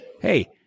hey